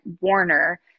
warner